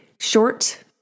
short